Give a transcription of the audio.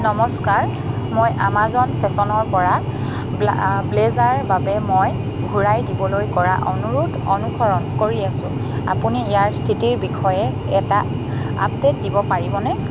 নমস্কাৰ মই আমাজন ফেশ্বনৰ পৰা ব্লা ব্লেজাৰৰ বাবে মই ঘূৰাই দিবলৈ কৰা অনুৰোধ অনুসৰণ কৰি আছোঁ আপুনি ইয়াৰ স্থিতিৰ বিষয়ে এটা আপডে'ট দিব পাৰিবনে